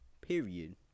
Period